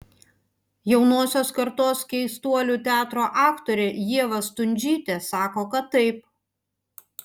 jaunosios kartos keistuolių teatro aktorė ieva stundžytė sako kad taip